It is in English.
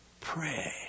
pray